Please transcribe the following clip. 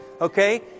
Okay